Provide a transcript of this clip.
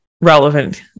relevant